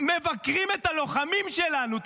מבקרים את הלוחמים שלנו.